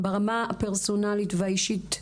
ברמה הפרסונלית והאישית,